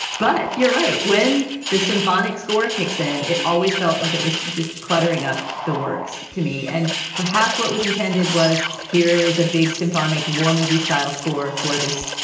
but you're right. when the symphonic score kicks in. it always felt like it was just cluttering up the works to me. and perhaps what was intended was here is a big symphonic war movie style score for this,